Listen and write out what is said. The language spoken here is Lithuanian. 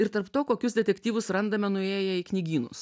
ir tarp to kokius detektyvus randame nuėję į knygynus